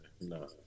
No